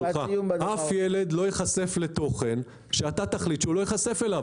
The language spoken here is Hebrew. אף ילד לא ייחשף לתוכן שאתה תחליט שהוא לא ייחשף אליו.